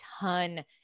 ton